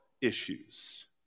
issues